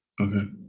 okay